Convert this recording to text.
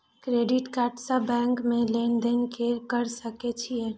Credit card से bank में लेन देन कर सके छीये?